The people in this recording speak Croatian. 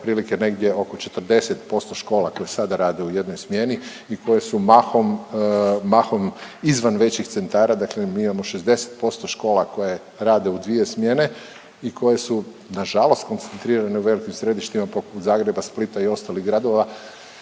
otprilike negdje oko 40% škola koje sada rade u jednoj smjeni i koje su mahom, mahom izvan većih centara. Dakle, mi imamo 60% škola koje rade u 2 smjene i koje su nažalost koncentrirane u velikim središtima poput Zagreba, Splita i ostalih gradova.